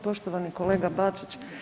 Poštovani kolega Bačić